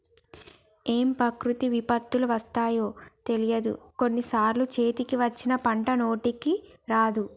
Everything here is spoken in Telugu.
ఏం ప్రకృతి విపత్తులు వస్తాయో తెలియదు, కొన్ని సార్లు చేతికి వచ్చిన పంట నోటికి రాదు